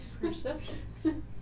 Perception